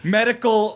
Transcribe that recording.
medical